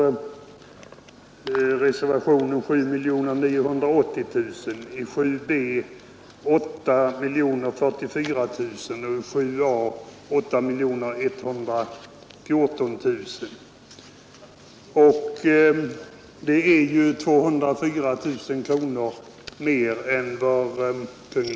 I reservationen 7a föreslås ett anslag om 8 114 000 kronor, i reservationen 7 b föreslås 8 044 000 kronor och i reservationen 7 c föreslås 7 980 000 kronor.